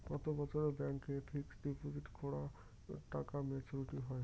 কত বছরে ব্যাংক এ ফিক্সড ডিপোজিট করা টাকা মেচুউরিটি হয়?